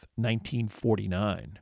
1949